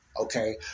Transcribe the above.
Okay